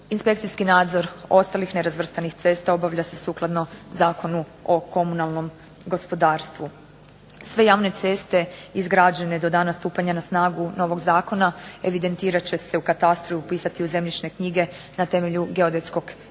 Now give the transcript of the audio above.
Inspekcijski nadzor ostalih nerazvrstanih cesta obavlja se sukladno Zakonu o komunalnom gospodarstvu. Sve javne ceste izgrađene do dana stupanja na snagu novog zakona evidentirat će se u katastru i upisati u zemljišne knjige na temelju geodetskog elaborata